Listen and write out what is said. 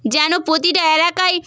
যেন প্রতিটা এলাকায়